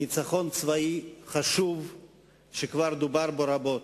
ניצחון צבאי חשוב שכבר דובר בו רבות,